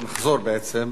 נחזור בעצם,